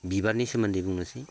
बिबारनि सोमोन्दै बुंनोसै